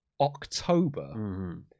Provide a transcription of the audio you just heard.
October